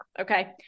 okay